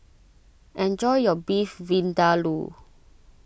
enjoy your Beef Vindaloo